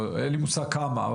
אין לי מושג כמה.